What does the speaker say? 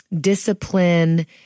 discipline